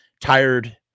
tired